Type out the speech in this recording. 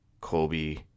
Kobe